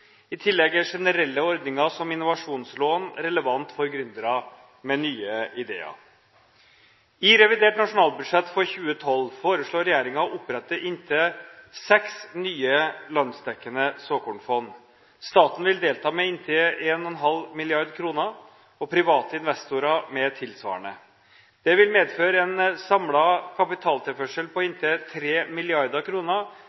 I tillegg er generelle ordninger som innovasjonslån relevant for gründere med nye ideer. I revidert nasjonalbudsjett for 2012 foreslår regjeringen å opprette inntil seks nye landsdekkende såkornfond. Staten vil delta med inntil 1,5 mrd. kr, og private investorer med tilsvarende. Det vil medføre en samlet kapitaltilførsel på